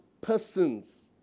persons